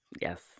Yes